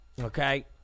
Okay